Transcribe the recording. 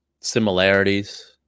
similarities